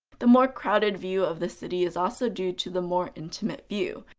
the more crowded view of the city is also due to the more intimate view,